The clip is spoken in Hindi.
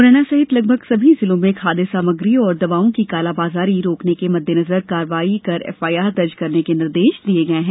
मूरैना सहित लगभग समी जिलों में खाद्य सामग्री एवं दवाओं की कालाबाजारी रोकने के मद्देनजर कार्रवाई कर एफआईआर दर्ज करने के निर्देश दिए गए हैं